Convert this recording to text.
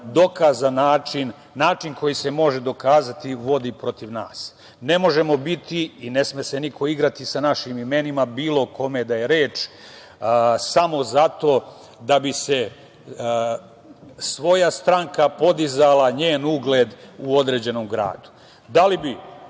dokazan način, način koji se može dokazati, vodi protiv nas. Ne možemo biti i ne sme se niko igrati sa našim imenima bilo o kome da je reč samo zato da bi se svoja stranka podizala, njen ugled u određenom gradu. Da li bi